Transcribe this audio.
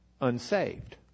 Unsaved